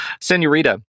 Senorita